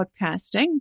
podcasting